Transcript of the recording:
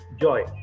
joy